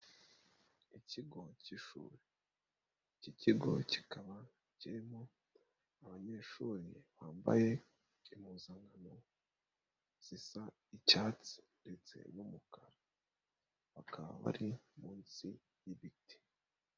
Ikigo k'ishuri. Iki kigo kikaba kirimo abanyeshuri bambaye impuzankano zisa icyatsi ndetse n'umukara. Bakaba bari munsi y'ibiti.